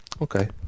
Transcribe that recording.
Okay